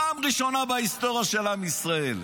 פעם ראשונה בהיסטוריה של עם ישראל.